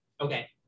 Okay